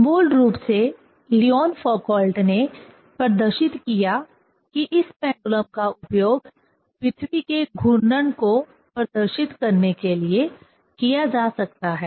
मूल रूप से लियोन फौकॉल्ट ने प्रदर्शित किया कि इस पेंडुलम का उपयोग पृथ्वी के घूर्णन को प्रदर्शित करने के लिए किया जा सकता है